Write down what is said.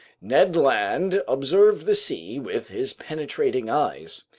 ned land observed the sea with his penetrating eyes.